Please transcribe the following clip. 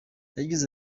yagize